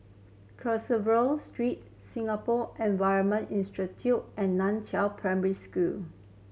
Carver Street Singapore Environment Institute and Nan Chiau Primary School